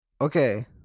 Okay